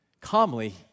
Calmly